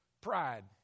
pride